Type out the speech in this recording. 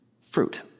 fruit